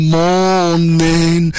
morning